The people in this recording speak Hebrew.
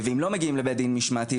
ואם לא מגיעים לבית דין משמעתי,